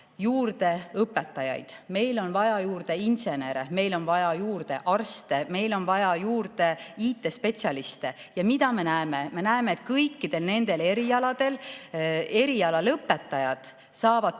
juurde õpetajaid, meil on vaja juurde insenere, meil on vaja juurde arste, meil on vaja juurde IT‑spetsialiste, aga me näeme, et kõikide nende erialade lõpetajad saavad